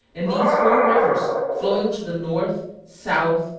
and these four rivers, flowing to the north, south,